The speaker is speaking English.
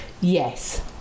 Yes